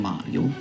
Mario